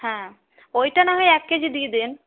হ্যাঁ ওইটা না হয় এক কেজি দিয়ে দেন